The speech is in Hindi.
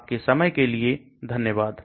आप के समय के लिए धन्यवाद